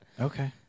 Okay